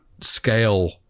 scale